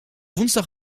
woensdag